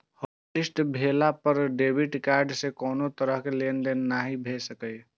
hotlist भेला पर debit card सं कोनो तरहक लेनदेन नहि भए सकैए